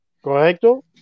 ¿Correcto